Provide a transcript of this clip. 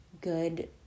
good